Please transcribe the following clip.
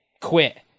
quit